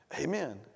Amen